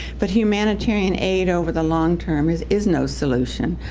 but humanitarian aid over the long term is is no solution.